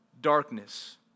darkness